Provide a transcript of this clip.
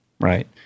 Right